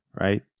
right